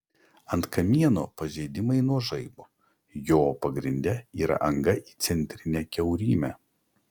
ant kamieno pažeidimai nuo žaibo jo pagrinde yra anga į centrinę kiaurymę